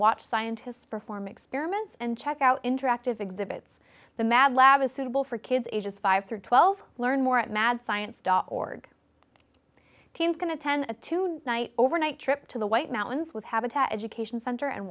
watch scientists perform experiments and check out interactive exhibits the mad lab is suitable for kids ages five through twelve learn more at mad science dot org teams going to ten tonight overnight trip to the white mountains with habitat education center and